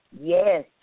Yes